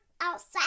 outside